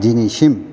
दिनैसिम